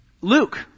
Luke